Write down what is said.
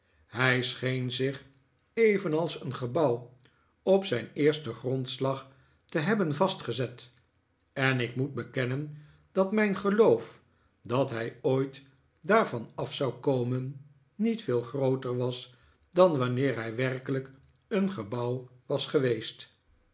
hij scheen zich evenals een gebouw op zijn eersten grondslag te hebben vastgezet en ik moet bekennen dat mijn geloof dat hij ooit daarvan af zou komen niet veel grooter was dan wanneer hij werkelijk een gebouw was geweest